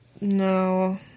No